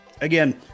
again